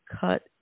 cut